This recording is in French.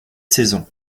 saisons